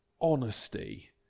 honesty